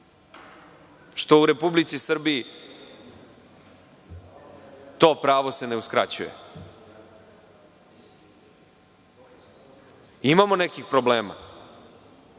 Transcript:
što u Republici Srbiji to pravo se ne uskraćuje. Imamo nekih problema.